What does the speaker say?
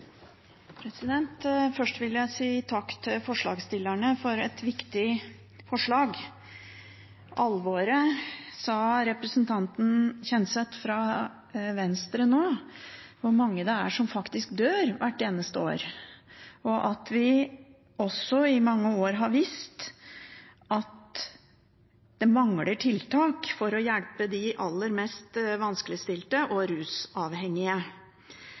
Kjenseth fra Venstre, om hvor mange som dør hvert eneste år, og at vi også i mange år har visst at det mangler tiltak for å hjelpe de aller mest vanskeligstilte og rusavhengige.